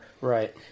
Right